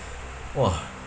!wah!